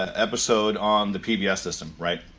ah episode on the pbs system, right,